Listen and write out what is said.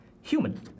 Human